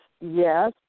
Yes